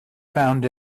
found